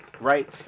right